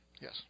Yes